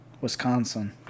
wisconsin